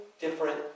different